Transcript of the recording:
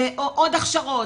עוד הכשרות,